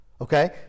Okay